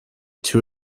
too